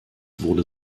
wurde